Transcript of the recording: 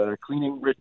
cleaning